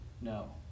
No